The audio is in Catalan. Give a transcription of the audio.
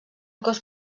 cos